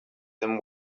them